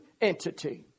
entity